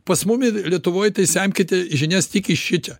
pas mumi lietuvoj tai semkite žinias tik iš šičia